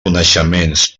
coneixements